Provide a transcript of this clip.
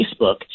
Facebook